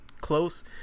close